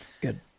good